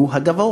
הוא הגבוה.